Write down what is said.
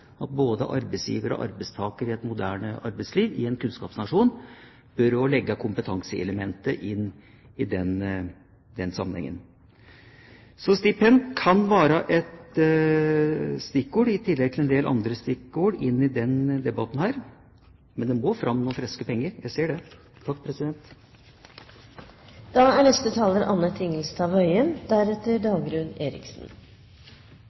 at både arbeidsgiver og arbeidstaker i et moderne arbeidsliv i en kunnskapsnasjon bør legge kompetanseelementet inn i den sammenhengen. Så stipend kan være et stikkord i tillegg til en del andre stikkord i denne debatten, men det må komme fram noen friske penger. Jeg ser det.